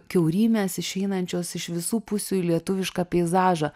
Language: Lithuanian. kiaurymės išeinančios iš visų pusių į lietuvišką peizažą